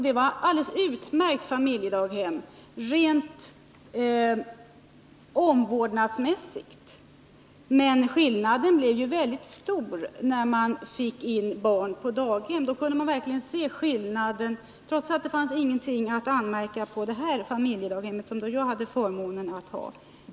Det var ett alldeles utmärkt familjedaghem rent omvårdnadsmässigt. Men skillnaden blev mycket stor när jag fick in barn på daghem — då kunde jag verkligen se skillnaden, trots att det inte fanns någonting att anmärka på det familjedaghem som jag hade förmånen att ha.